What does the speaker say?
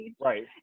Right